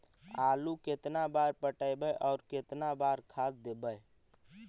आलू केतना बार पटइबै और केतना बार खाद देबै?